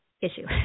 issue